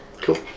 Cool